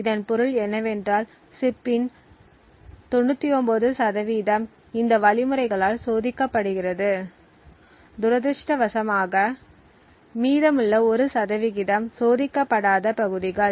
இதன் பொருள் என்னவென்றால் சிப்பின் 99 சதவீதம் இந்த வழிமுறைகளால் சோதிக்கப்படுகிறது துரதிர்ஷ்டவசமாக மீதமுள்ள 1 சதவிகிதம் சோதிக்கப்படாத பகுதிகள்